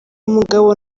umugabo